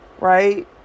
Right